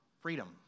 Freedom